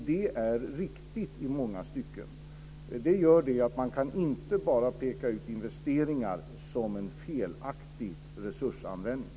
Det är riktigt i många stycken. Man kan inte bara peka ut investeringar som en felaktig resursanvändning.